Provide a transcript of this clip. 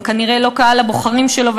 הם כנראה לא קהל הבוחרים שלו,